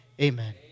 Amen